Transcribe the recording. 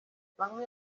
bamwe